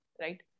right